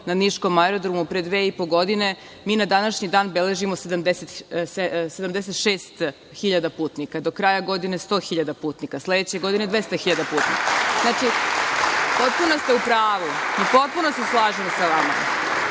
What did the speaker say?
na niškom aerodromu pre dve i po godine, mi na današnji dan beležimo 76.000 putnika, do kraja godine 100.000 putnika, sledeće godine 200.000 putnika. Potpuno ste u pravu, potpuno se slažem sa vama.